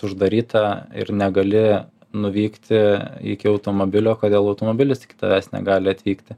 uždaryta ir negali nuvykti iki automobilio kodėl automobilis iki tavęs negali atvykti